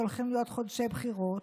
שהולכים להיות חודשי בחירות,